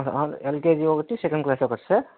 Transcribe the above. LKG ఒకటి second ఒకటి sir